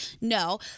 No